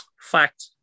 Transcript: Fact